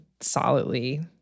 solidly